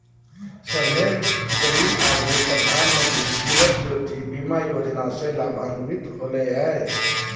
सभे गरीब आदमी प्रधानमंत्री जीवन ज्योति बीमा योजना से लाभान्वित होले हें